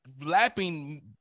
lapping